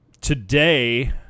Today